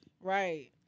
Right